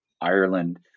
Ireland